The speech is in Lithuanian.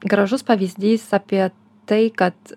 gražus pavyzdys apie tai kad